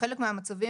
בחלק מהמצבים,